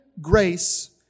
grace